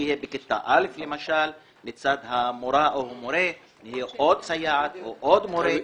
שיהיה בכיתה א' למשל לצד המורה עוד סייעת או עוד מורה.